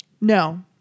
No